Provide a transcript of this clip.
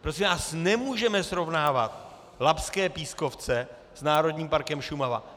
Prosím vás, nemůžeme srovnávat labské pískovce s Národním parkem Šumava.